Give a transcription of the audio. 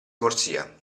corsia